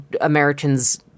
americans